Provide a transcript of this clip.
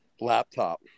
laptop